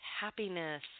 happiness